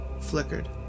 flickered